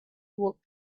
would